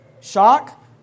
Shock